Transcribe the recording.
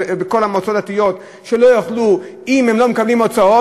הדתיות שלא יוכלו לערוך חופות אם הם לא מקבלים הוצאות?